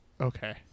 Okay